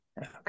Okay